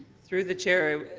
through the chair,